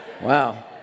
Wow